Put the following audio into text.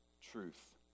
truth